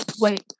wait